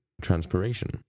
transpiration